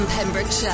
Pembrokeshire